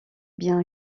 bien